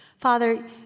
Father